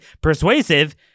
persuasive